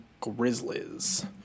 Grizzlies